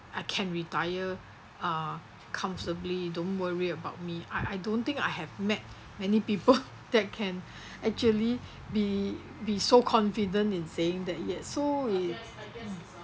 I can retire uh comfortably don't worry about me I I don't think I have met many people that can actually be be so confident in saying that yet so it